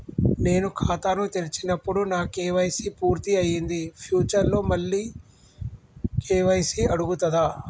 నేను ఖాతాను తెరిచినప్పుడు నా కే.వై.సీ పూర్తి అయ్యింది ఫ్యూచర్ లో మళ్ళీ కే.వై.సీ అడుగుతదా?